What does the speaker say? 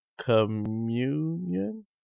communion